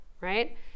right